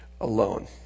alone